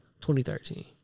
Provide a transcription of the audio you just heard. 2013